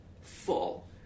full